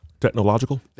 technological